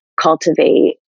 cultivate